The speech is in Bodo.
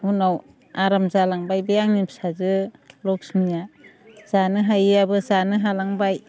उनाव आराम जालांबाय बे आंनि फिसाजो लक्ष्मी आ जानो हायिआबो जानो हालांबाय